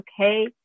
okay